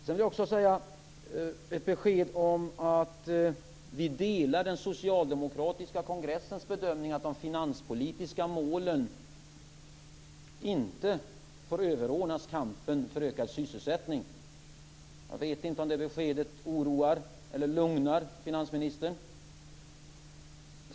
Jag vill också ge ett besked om att vi delar den socialdemokratiska kongressens bedömningar av att de finanspolitiska målen inte får överordnas kampen för ökad sysselsättning. Jag vet inte om det beskedet oroar eller lugnar finansministern.